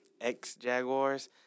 ex-Jaguars